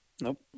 Nope